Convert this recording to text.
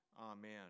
Amen